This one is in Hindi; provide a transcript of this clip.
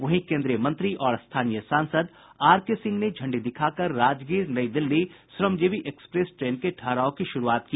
वहीं केन्द्रीय मंत्री और स्थानीय सांसद आर के सिंह ने झंडी दिखाकर राजगीर नई दिल्ली श्रमजीवी एक्सप्रेस ट्रेन के ठहराव की शुरूआत की